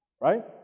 right